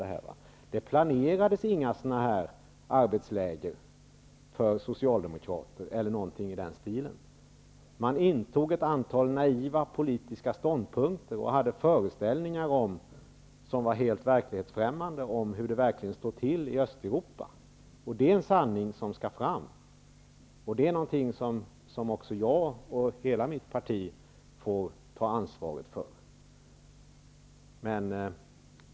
Men några arbetsläger eller något annat i den stilen för socialdemokrater planerades inte. Man intog ett antal naiva ståndpunkter och hade helt verklighetsfrämmande föreställningar om hur det verkligen stod till i Östeuropa. Det är en sanning som skall fram, och det är något som jag och mitt parti får ta ansvar för.